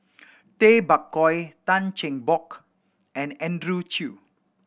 Tay Bak Koi Tan Cheng Bock and Andrew Chew